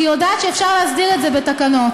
כי היא יודעת שאפשר להסדיר את זה בתקנות.